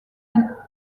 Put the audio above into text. and